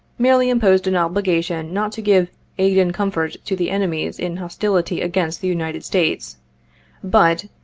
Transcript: merely imposed an obligation not to give aid and comfort to the enemies in hostility against the united states but,